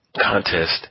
contest